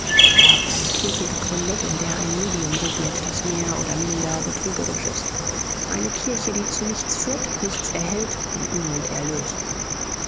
ihr habt eine kirche gegründet in der ein medium regiert das mehr oder minder betrügerisch ist eine kirche die zu nichts führt nichts erhellt und niemand erlöst